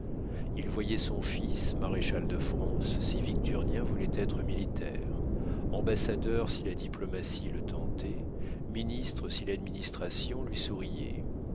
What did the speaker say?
il voyait son fils maréchal de france si victurnien voulait être militaire ambassadeur si la diplomatie le tentait ministre si l'administration lui souriait